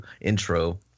intro